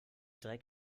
dreck